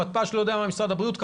המתפ"ש לא יודע מה משרד הבריאות.